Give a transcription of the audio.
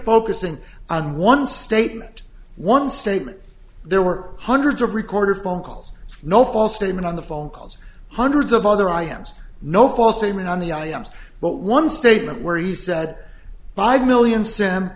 focusing on one statement one statement there were hundreds of recorded phone calls no false statement on the phone calls hundreds of other iambs no false statement on the items but one statement where he said buy million s